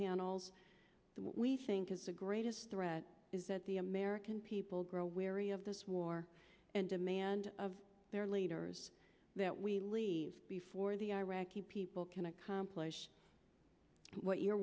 that we think is the greatest threat is that the american people grow weary of this war and demand of their leaders that we leave before the iraqi people can accomplish what you